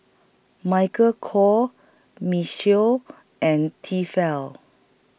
Michael Kors Michelle and Tefal